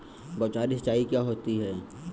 बौछारी सिंचाई क्या होती है?